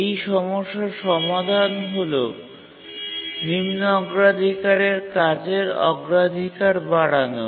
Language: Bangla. এই সমস্যার সমাধান হল নিম্ন অগ্রাধিকারের কাজের অগ্রাধিকার বাড়ানো